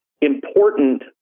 important